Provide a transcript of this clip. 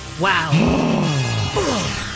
Wow